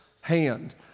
hand